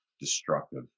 destructive